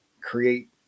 create